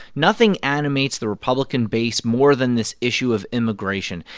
nothing animates the republican base more than this issue of immigration.